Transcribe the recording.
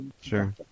Sure